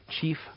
chief